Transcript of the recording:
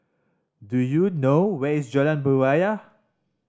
do you know where is Jalan Berjaya